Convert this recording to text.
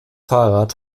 fahrrad